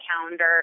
calendar